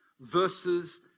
versus